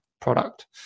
product